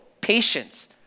patience